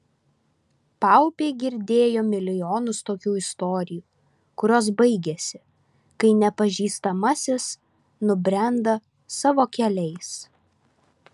paupiai girdėjo milijonus tokių istorijų kurios baigiasi kai nepažįstamasis nubrenda savo keliais